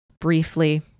briefly